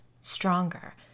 stronger